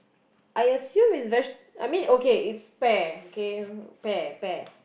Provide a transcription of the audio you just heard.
I assume it's vege~ I mean okay it's pear okay pear pear